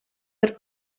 per